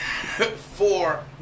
four